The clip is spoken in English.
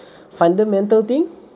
fundamental thing